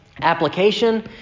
application